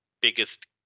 biggest